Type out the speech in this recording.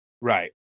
Right